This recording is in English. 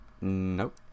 Nope